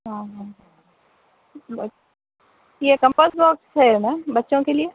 ہاں ہاں یہ کمپاس باکس ہے میم بچوں کے لیے